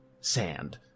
Sand